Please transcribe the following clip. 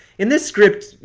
in this script,